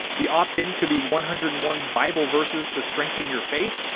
the optin could be one hundred and one bible verses to strengthen your face,